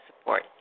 support